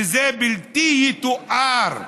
שזה בלתי יתואר,